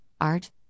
art